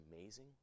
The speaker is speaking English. amazing